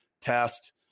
test